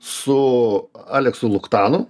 su aleksu luchtanu